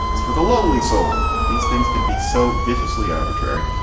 it's for the lowly soul. these things can be so viciously arbitrary.